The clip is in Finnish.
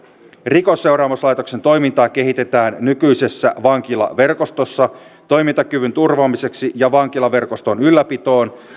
rikosseuraamuslaitoksen toimintaa kehitetään nykyisessä vankilaverkostossa toimintakyvyn turvaamiseksi ja vankilaverkoston ylläpitoon